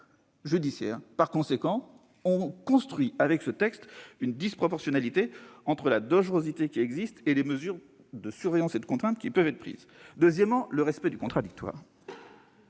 Par conséquent, avec ce texte, on construit une disproportionnalité entre la dangerosité qui existe et les mesures de surveillance et de contraintes qui peuvent être prises. Ensuite, du respect du contradictoire